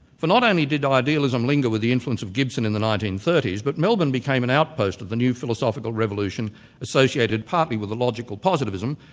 for not only did idealism linger with the influence of gibson in the nineteen thirty s but melbourne became an outpost of the new philosophical revolution associated partly with a logical positivism,